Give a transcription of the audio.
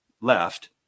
left